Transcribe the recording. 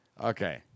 Okay